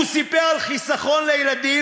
הוא סיפר על חיסכון לילדים,